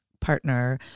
partner